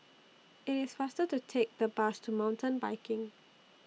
IT IS faster to Take The Bus to Mountain Biking